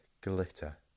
Glitter